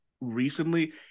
recently